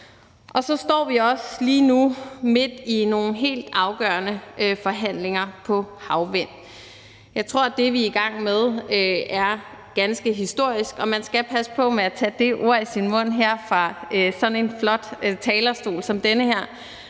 Så står vi også lige nu midt i nogle helt afgørende forhandlinger om havvindmøller. Jeg tror, det vi er i gang med, er ganske historisk, og man skal passe på med at tage det ord i sin mund her fra sådan en flot talerstol som den her,